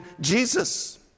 Jesus